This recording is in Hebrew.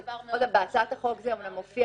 עוד פעם, בהצעת החוק זה אומנם מופיע